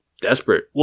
desperate